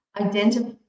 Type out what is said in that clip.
identify